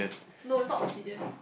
no it's not obsidian